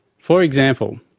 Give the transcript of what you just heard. for example,